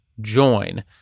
join